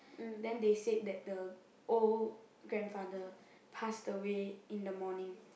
then they said that the old grandfather passed away in the morning